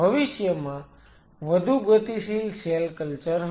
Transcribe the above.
ભવિષ્યમાં વધુ ગતિશીલ સેલ કલ્ચર હશે